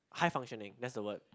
high functioning that's the word